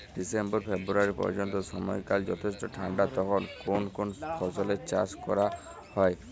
December February পর্যন্ত সময়কাল যথেষ্ট ঠান্ডা তখন কোন কোন ফসলের চাষ করা হয়?